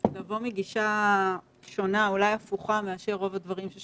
אני לא מצליח להבין את ההיגיון המסדר שמאחורי זה.